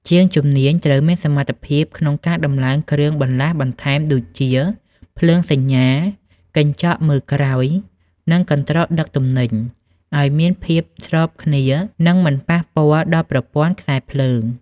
ជាងជំនាញត្រូវមានសមត្ថភាពក្នុងការដំឡើងគ្រឿងបន្លាស់បន្ថែមដូចជា ភ្លើងសញ្ញា កញ្ចក់មើលក្រោយ និងកន្ត្រកដឹកទំនិញ ឱ្យមានភាពស្របគ្នា និងមិនប៉ះពាល់ដល់ប្រព័ន្ធខ្សែភ្លើង។